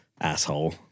Asshole